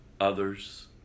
others